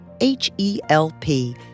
H-E-L-P